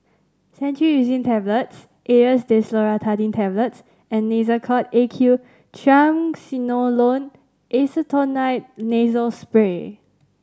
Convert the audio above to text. Cetirizine Tablets Aerius Desloratadine Tablets and Nasacort A Q Triamcinolone Acetonide Nasal Spray